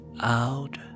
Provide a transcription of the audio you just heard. out